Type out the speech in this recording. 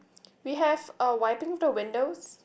we have uh wiping the windows